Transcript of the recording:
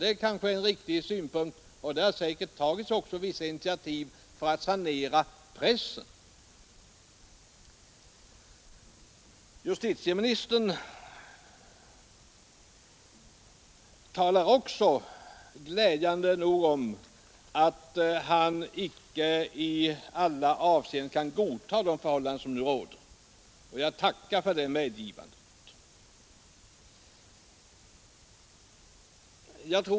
Det är nog en riktig synpunkt, och vissa initiativ har säkert tagits för att sanera pressen. Justitieministern talar också glädjande nog om att han icke i alla avseenden kan godta de förhållanden som nu råder. Jag tackar för det medgivandet.